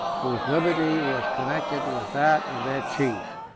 whose liberty was connected with that of their chief.